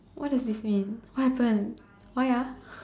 what does this mean what happen why